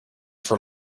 for